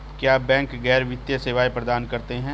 क्या बैंक गैर वित्तीय सेवाएं प्रदान करते हैं?